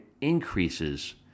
increases